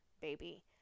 baby